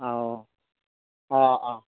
অঁ অঁ অঁ